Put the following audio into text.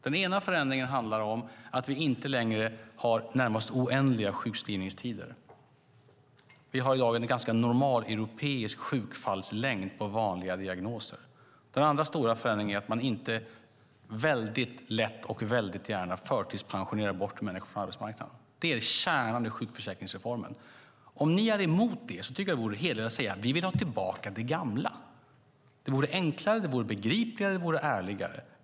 Den ena förändringen handlar om att vi inte längre har närmast oändliga sjukskrivningstider. Vi har i dag en ganska normaleuropeisk sjukfallslängd på vanliga diagnoser. Den andra stora förändringen är att man inte väldigt lätt och väldigt gärna förtidspensionerar bort människor från arbetsmarknaden. Det är kärnan i sjukförsäkringsreformen. Om ni är emot det tycker jag att det vore hederligare att säga: Vi vill ha tillbaka det gamla! Det vore enklare, det vore begripligare och det vore ärligare.